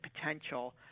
potential